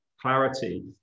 clarity